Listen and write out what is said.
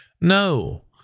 No